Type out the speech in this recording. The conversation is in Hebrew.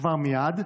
כבר מייד,